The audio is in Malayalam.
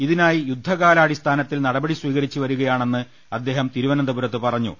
ഇതിനായി യുദ്ധകാല അടിസ്ഥാനത്തിൽ നടപടി സ്വീകരിച്ച് വരി കയാണെന്ന് അദ്ദേഹം തിരുവനന്തപുരത്ത് പറഞ്ഞു